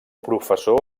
professor